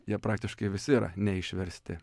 jie praktiškai visi yra neišversti